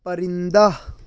پرندہ